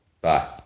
Bye